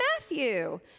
Matthew